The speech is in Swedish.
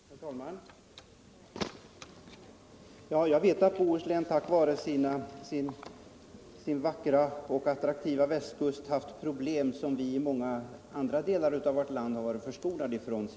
Herr talman! Jag vet att Bohuslän tack vare sin vackra och attraktiva västkust haft problem som vi i många andra delar av landet har varit förskonade från.